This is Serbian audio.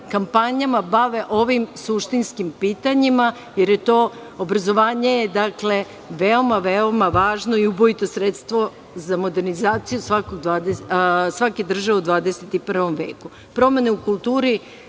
kampanjama bave ovim suštinskim pitanjima, jer je obrazovanje veoma važno i ubojito sredstvo za modernizaciju svake države u 21.